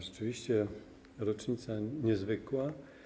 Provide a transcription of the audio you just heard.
Rzeczywiście rocznica niezwykła.